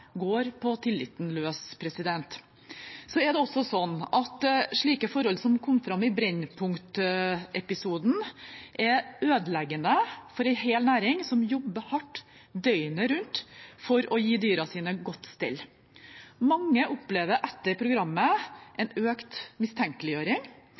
går på tilliten løs. Det er også sånn at slike forhold som kom fram i Brennpunkt-episoden, er ødeleggende for en hel næring som jobber hardt døgnet rundt for å gi dyrene sine godt stell. Mange opplevde etter programmet